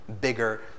bigger